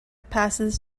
passes